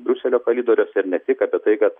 briuselio koridoriuose ir ne tik apie tai kad